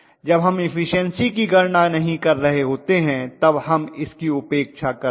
जब हम इफिशन्सी की गणना नहीं कर रहे होते हैं तब हम इसकी उपेक्षा करेंगे